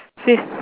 safe